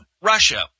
Russia